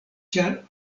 ĉar